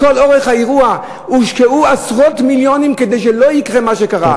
לכל אורך האירוע הושקעו עשרות מיליונים כדי לא יקרה מה שקרה.